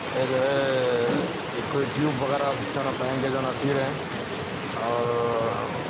کے جو ہے کوئی ٹیوب وغیرہ جو ہے نا پہن کے جو ہے نا تیریں اور